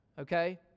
Okay